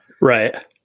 Right